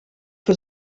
für